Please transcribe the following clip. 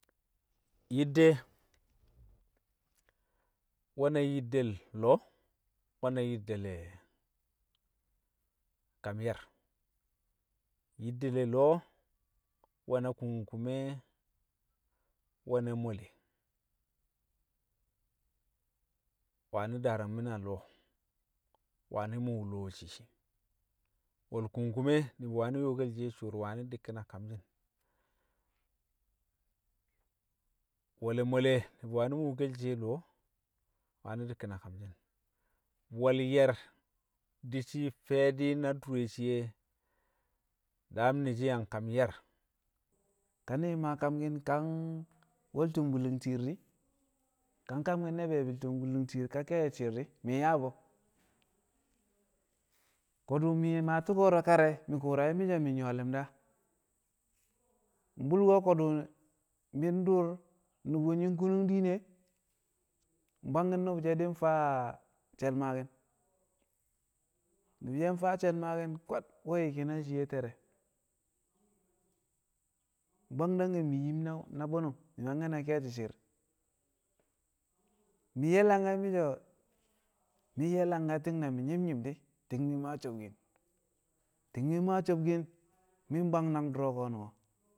Yidde, nwe̱ na yiddel lo̱o̱, nwe̱ na yidde le̱ kam ye̱r. Yidde le̱ lo̱o̱, nwe̱ na kungkume, nwe̱ na mole. Wani̱ daari̱ngmi̱n a lo̱o̱, wani̱ mu̱u̱ lo̱o̱ shii. We̱l kungkume ni̱bi̱ wani̱ yo̱o̱ke̱l shiye cuwor, wani̱ di̱kki̱n a kamshi̱n. We̱le̱ mole ni̱bi̱ wani̱ mu̱u̱ke̱l shiye lo̱o̱, wani̱ di̱kki̱n kamshi̱n, wẹl yẹr di̱ shii fi̱ye̱di̱ na dure shiye daam nẹ shiye a nkam yẹr Ka ni̱bi̱ maa kamki̱n ka nwel tumbulung tiir di̱, ka nkamki̱n ne be̱e̱bi̱ tumbulung tiir ka nke̱e̱shi̱ shi̱i̱r mi̱ nyaa bu̱, ko̱dṵ mi̱yẹ mmaa tṵko̱ro̱ kar e̱ mi̱ ku̱u̱rashi̱ mi̱ so̱ mi̱ nyṵwo̱ li̱mda, mbṵlko̱ ko̱dṵ mi ndṵṵr nu̱bṵ nyi̱ nkunung diin e mbwangki̱n nṵbṵ she̱ di̱ nfaa she̱l maaki̱n, nu̱bṵ she̱ nfaa she̱l maaki̱n kwad nwẹ yi̱ ki̱nal shiye a te̱re̱. Mbwang dange̱ mi̱ yim na na bṵnṵm, mi̱ mangke̱ na ke̱e̱shi̱ shi̱i̱r, mi̱ nyẹ langa mi̱ so̱, mị nye̱ langa ti̱ng na mi̱ nyi̱m nyi̱m di̱ ti̱ng mi̱ mmaa sobkin, ti̱ng mi̱ mmaa sobkin mi̱ mbwang nang du̱u̱ro̱ ko̱nu̱ng o̱.